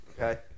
Okay